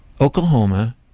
oklahoma